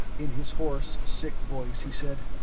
in his hoarse, sick voice, he said,